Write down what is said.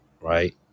right